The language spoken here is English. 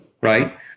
right